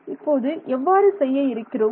இப்போது எவ்வாறு செய்ய இருக்கிறோம்